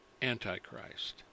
Antichrist